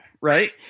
right